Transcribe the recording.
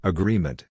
Agreement